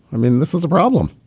i mean this is a problem.